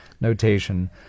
notation